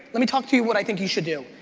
let me talk to you what i think you should do.